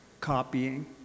copying